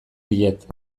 diet